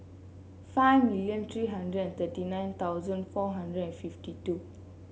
five million three hundred and thirty nine thousand four hundred and fifty two